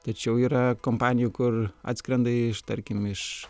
tačiau yra kompanijų kur atskrenda iš tarkim iš